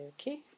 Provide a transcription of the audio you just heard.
Okay